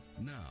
now